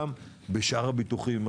גם בשאר הביטוחים.